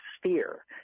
sphere